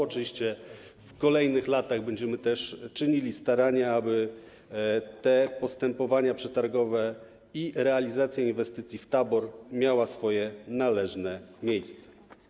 Oczywiście w kolejnych latach będziemy czynili starania, aby te postępowania przetargowe i realizacja inwestycji w tabor miały swoje należne miejsce.